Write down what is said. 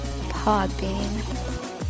Podbean